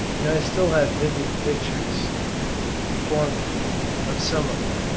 and i still have vivid pictures before me of some of them